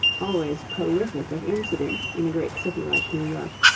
always prolific of incident in a great city like new york,